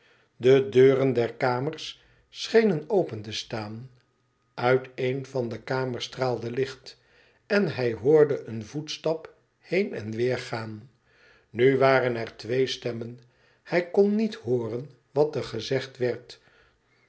de deuren der kamers schenen open te staan uit een van de kamers straalde licht en hij hoorde een voetstap heen en weer gaan nu waren er twee stemmen hij kon niet hooren wat er gezegd werd